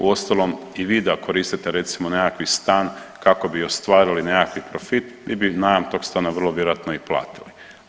Uostalom i vi da koristite recimo nekakvi stan kako bi ostvarili nekakav profit vi bi najam tog stana vrlo vjerojatno i platili.